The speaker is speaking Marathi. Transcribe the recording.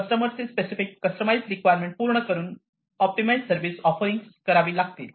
कस्टमरची स्पेसिफिक कस्टमाईज रिक्वायरमेंट पूर्ण करून ऑप्टिमाइझ सर्व्हिस ऑफरिंग्ज करावी लागतील